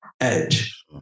Edge